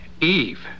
Eve